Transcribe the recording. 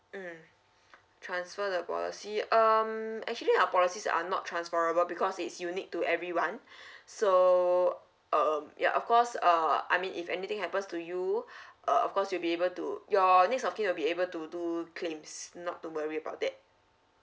mm transfer the policy um actually our policies are not transferable because it's unique to everyone so um ya of course uh I mean if anything happens to you uh of course you'll be able to your next of kin will be able to do claims not to worry about that